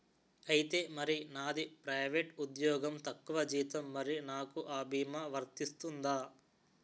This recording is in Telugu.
ఐతే మరి నాది ప్రైవేట్ ఉద్యోగం తక్కువ జీతం మరి నాకు అ భీమా వర్తిస్తుందా?